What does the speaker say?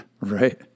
right